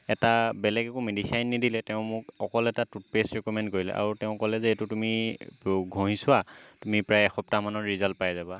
এটা বেলেগ একো মেডিচাইন নিদিলে তেওঁ মোক অকল এটা টুথপেষ্ট ৰিক'মেণ্ট কৰিলে আৰু ক'লে যে এইটো তুমি ঘঁহি চোৱা তুমি প্ৰায় এসপ্তাহমানত ৰিজাল্ট পাই যাবা